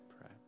pray